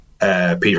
Peter